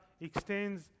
extends